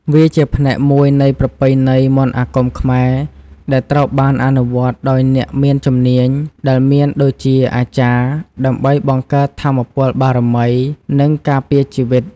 វាជាផ្នែកមួយនៃប្រពៃណីមន្តអាគមខ្មែរ ដែលត្រូវបានអនុវត្តដោយអ្នកមានជំនាញ ដែលមានដូចជា អាចារ្យ ដើម្បីបង្កើតថាមពលបារមី និងការពារជីវិត។